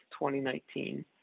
2019